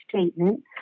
statement